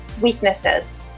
weaknesses